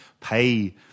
pay